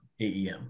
AEM